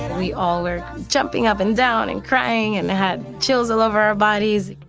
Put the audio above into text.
and we all were jumping up and down and crying and had chills all over our bodies.